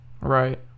Right